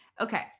Okay